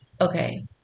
okay